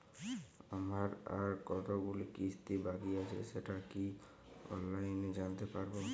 আমার আর কতগুলি কিস্তি বাকী আছে সেটা কি অনলাইনে জানতে পারব?